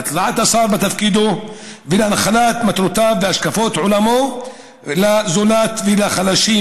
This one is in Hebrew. להצלחת השר בתפקידו ולהנחלת מטרותיו והשקפת עולמו לגבי הזולת והחלשים.